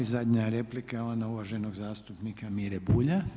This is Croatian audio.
I zadnja replika je ona uvaženog zastupnika Mire Bulja.